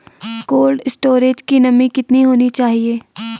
Cold storage की नमी कितनी होनी चाहिए?